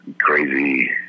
crazy